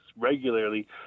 regularly